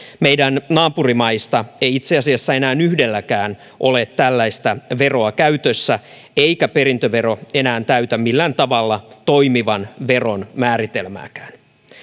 meidän naapurimaistamme ei itse asiassa enää yhdelläkään ole tällaista veroa käytössä eikä perintövero enää täytä millään tavalla toimivan veron määritelmääkään